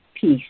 peace